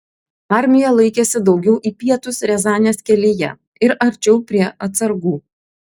armija laikėsi daugiau į pietus riazanės kelyje ir arčiau prie atsargų